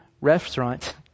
restaurant